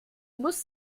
muss